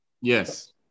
Yes